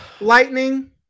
lightning